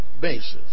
basis